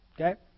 okay